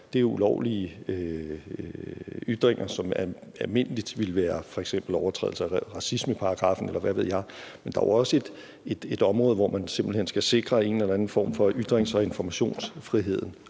sige er ulovlige ytringer, som almindeligvis ville være overtrædelse af f.eks. racismeparagraffen, eller hvad ved jeg, men der er også et område, hvor man simpelt hen skal sikre en eller anden form for ytrings- og informationsfrihed.